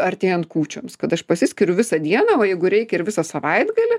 artėjant kūčioms kad aš pasiskiriu visą dieną o jeigu reikia ir visą savaitgalį